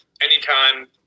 anytime